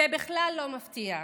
זה בכלל לא מפתיע.